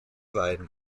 wein